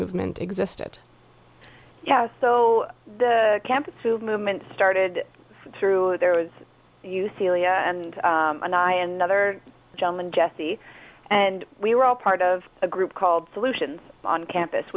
movement existed so the campus food movement started through there was you celia and and i and other gentleman jesse and we were all part of a group called solutions on campus